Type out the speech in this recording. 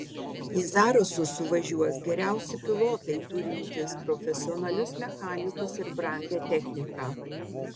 į zarasus suvažiuos geriausi pilotai turintis profesionalius mechanikus ir brangią techniką